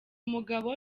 mugabo